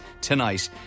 tonight